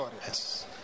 Yes